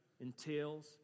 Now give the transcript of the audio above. entails